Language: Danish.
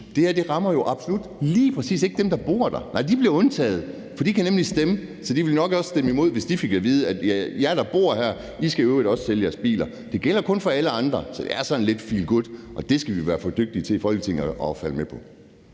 det her absolut ikke rammer lige præcis dem, der bor der. Nej, de bliver undtaget, for de kan nemlig stemme, så de ville nok også stemme imod, hvis de fik at vide: Jer, der bor her, skal i øvrigt også sælge jeres biler. Men det gælder kun for alle andre. Så det er sådan lidt feel good-agtigt, og det skal vi i Folketinget været for dygtige til at køre med på.